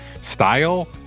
style